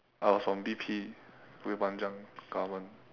I was from B_P bukit panjang government